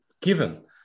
given